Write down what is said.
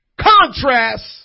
contrast